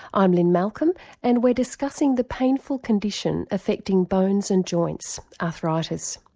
i'm lynne malcolm and we're discussing the painful condition affecting bones and joints arthritis.